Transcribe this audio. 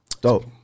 Dope